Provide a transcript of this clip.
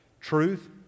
truth